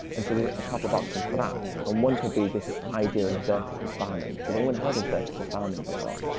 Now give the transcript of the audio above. and so there's a couple of options for that. and one could be this idea of vertical farming. has anyone heard of vertical farming before?